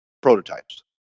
prototypes